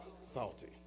salty